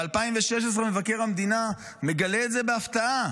ב-2016 מבקר המדינה מגלה את זה בהפתעה,